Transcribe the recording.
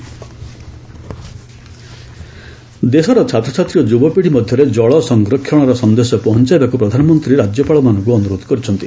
PM ଗୁଜ ଦେଶର ଛାତ୍ରଛାତ୍ରୀ ଓ ଯୁବପିଢ଼ି ମଧ୍ୟରେ ଜଳ ସଂରକ୍ଷଣର ସନ୍ଦେଶ ପହଞ୍ଚାଇବାକୁ ପ୍ରଧାନମନ୍ତ୍ରୀ ରାଜ୍ୟପାଳମାନଙ୍କୁ ଅନୁରୋଧ କରିଛନ୍ତି